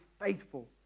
faithful